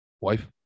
Wife